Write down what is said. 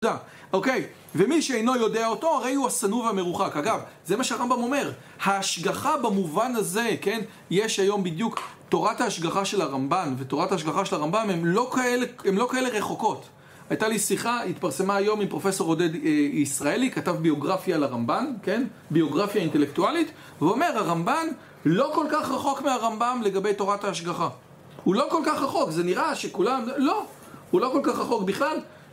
אוקיי? ומי שאינו יודע אותו הרי הוא הסנוב המרוחק. אגב, זה מה שהרמב״ם אומר. ההשגחה במובן הזה, כן, יש היום בדיוק. תורת ההשגחה של הרמב״ן ותורת השגחה של הרמב״ם הם לא כאלה רחוקות. הייתה לי שיחה, התפרסמה היום עם פרופ' עודד ישראלי. כתב ביוגרפיה על הרמב״ם, כן? ביוגרפיה אינטלקטואלית. ואומר הרמב״ן לא כל כך רחוק מהרמב״ם לגבי תורת ההשגחה הוא לא כל כך רחוק, זה נראה שכולם... לא הוא לא כל כך רחוק בכלל